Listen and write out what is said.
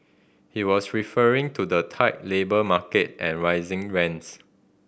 he was referring to the tight labour market and rising rents